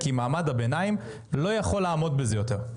כי מעמד הבינים לא יכול לעמוד בזה יותר.